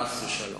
חס ושלום.